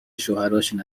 شوهراشون